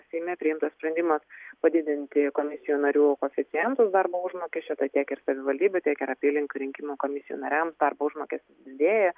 seime priimtas sprendimas padidinti komisijų narių koeficientus darbo užmokesčio tiek ir savivaldybių tiek ir apylinkių rinkimų komisijų nariams darbo užmokestis didėja